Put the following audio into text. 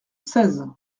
seize